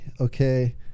okay